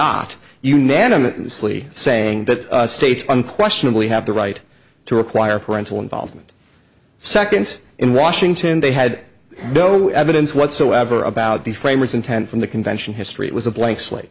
yacht unanimously saying that states unquestionably have the right to require parental involvement second in washington they had no evidence whatsoever about the framers intent from the convention history it was a blank slate